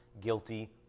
guilty